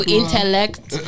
intellect